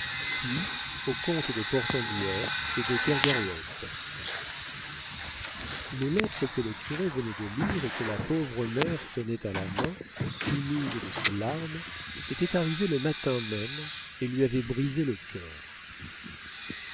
puis aux comtes de portenduère et de kergarouët les lettres que le curé venait de lire et que la pauvre mère tenait à la main humides de ses larmes étaient arrivées le matin même et lui avaient brisé le cœur